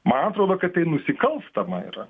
man atrodo kad tai nusikalstama yra